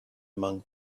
among